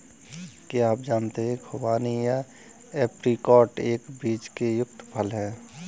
क्या आप जानते है खुबानी या ऐप्रिकॉट एक बीज से युक्त फल है?